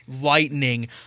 lightning